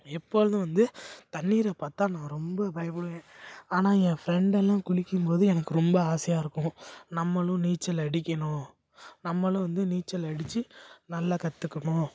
எப்பொழுதும் வந்து தண்ணீரைப் பார்த்தா நான் ரொம்ப பயப்படுவேன் ஆனால் என் ஃப்ரெண்டெல்லாம் குளிக்கும் போது எனக்கு ரொம்ப ஆசையாக இருக்கும் நம்மளும் நீச்சல் அடிக்கணும் நம்மளும் வந்து நீச்சல் அடிச்சு நல்லா கற்றுக்கணும்